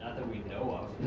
that we know of.